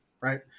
Right